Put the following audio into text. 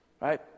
Right